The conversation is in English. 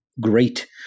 Great